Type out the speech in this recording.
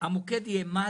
המוקד יהיה מד"א.